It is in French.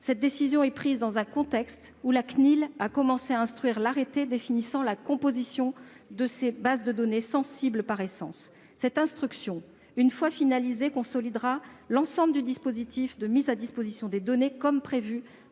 Cette décision est prise dans un contexte où la CNIL a commencé à instruire l'arrêté définissant la composition de ces bases de données, sensibles par essence. Cette instruction, une fois finalisée, consolidera l'ensemble du dispositif de mise à disposition des données, comme prévu